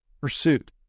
Pursuit